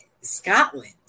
Scotland